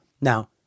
Now